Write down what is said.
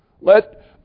Let